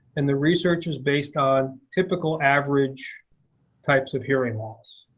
and the research is based on typical average types of hearing loss.